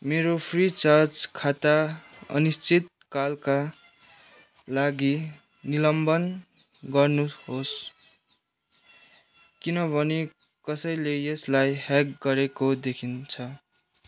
मेरो फ्रिचार्ज खाता अनिश्चितकालका लागि निलम्बन गर्नुहोस् किनभने कसैले यसलाई ह्याक गरेको देखिन्छ